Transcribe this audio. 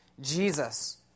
Jesus